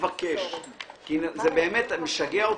הישיבה ננעלה